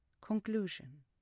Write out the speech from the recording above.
Conclusion